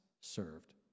served